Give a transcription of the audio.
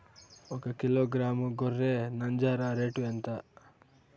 ఒకకిలో గ్రాము గొర్రె నంజర రేటు ఎంత?